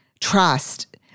trust